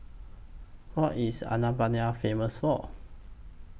What IS Albania Famous For